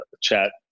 chat